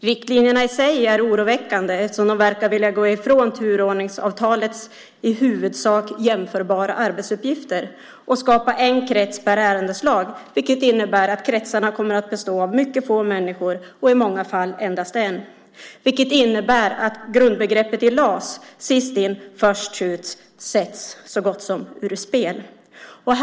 Riktlinjerna i sig är oroväckande eftersom de verkar vilja gå ifrån turordningsavtalets i huvudsak jämförbara arbetsuppgifter och skapa en krets per ärendeslag, vilket innebär att kretsarna kommer att bestå av mycket få människor och i många fall av endast en. Det innebär att grundbegreppet i LAS, sist in först ut, så gott som sätts ur spel.